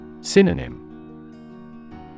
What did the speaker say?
Synonym